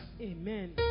Amen